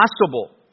possible